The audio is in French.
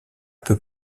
peu